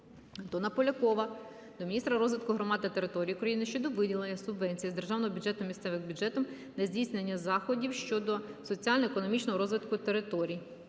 Антона Полякова до міністра розвитку громад та територій України щодо виділення субвенцій з державного бюджету місцевим бюджетам на здійснення заходів щодо соціально-економічного розвитку території.